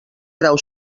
grau